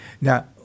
Now